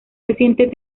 recientes